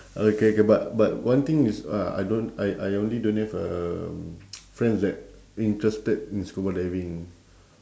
okay okay but but one thing is uh I don't I I only don't have um friends that interested in scuba diving